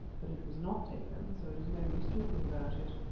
but it was not taken, so it is no use talking about it.